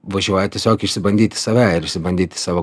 važiuoja tiesiog išsibandyti save ir išsibandyti savo